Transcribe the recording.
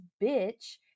bitch